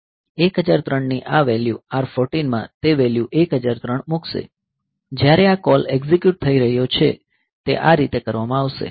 1003 ની આ value R 14 માં તે વેલ્યૂ 1003 મૂકશે જ્યારે આ કોલ એક્ઝિક્યુટ થઈ રહ્યો છે તે આ રીતે કરવામાં આવશે